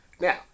Now